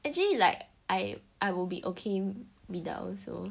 actually like I I will be okay without also